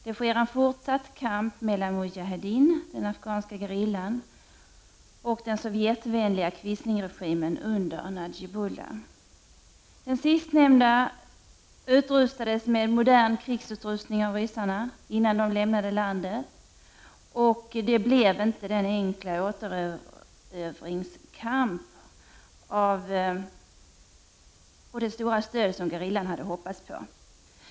Det sker en fortsatt kamp mellan mujahedin, den afghanska gerillan, och den sovjetvänliga quislingregimen under Najibullah. Den sistnämnda utrustades med modern krigsutrustning av ryssarna, innan de lämnade landet, och det blev inte den enkla återerövringskamp och det stora stöd som gerillan hade hoppats på.